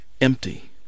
empty